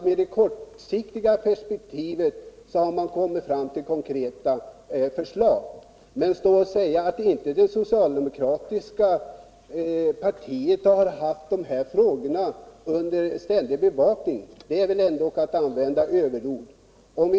Med det kortsiktiga perspektivet har man kommit fram till konkreta förslag. Men att stå och säga att inte det socialdemokratiska partiet har haft dessa frågor under ständig bevakning är ändå att använda överord.